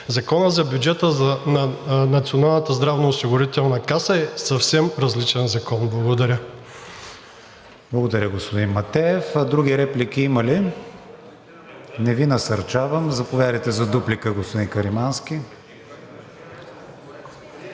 Законът за бюджета на Националната здравноосигурителна каса е съвсем различен закон. Благодаря. ПРЕДСЕДАТЕЛ КРИСТИАН ВИГЕНИН: Благодаря, господин Матеев. Други реплики има ли? Не Ви насърчавам – заповядайте за дуплика, господин Каримански.